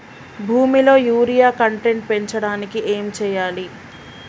భూమిలో urea content పెంచడానికి ఏం చేయాలి?